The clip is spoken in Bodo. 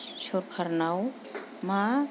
सोरकारनाव मा